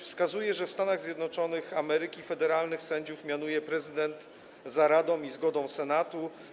Wskazuję, że w Stanach Zjednoczonych Ameryki federalnych sędziów mianuje prezydent za radą i zgodą Senatu.